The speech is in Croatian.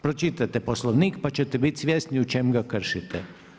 Pročitajte Poslovnik pa ćete biti svjesni u čemu ga kršite.